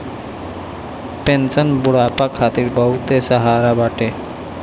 pension बुढ़ापा खातिर बहुते सहारा बाटे